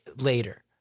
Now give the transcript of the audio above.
later